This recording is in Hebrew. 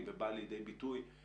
אם זה יגיע לשם אז ניגע בזה,